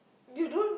you don't